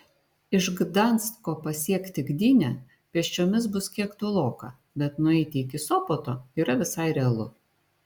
iš gdansko pasiekti gdynę pėsčiomis bus kiek toloka bet nueiti iki sopoto yra visai realu